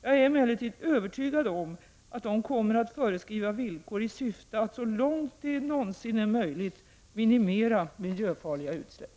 Jag är emellertid övertygad om att de kommer att föreskriva villkor i syfte att så långt det någonsin är möjligt minimera miljöfarliga utsläpp.